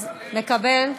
מקבל?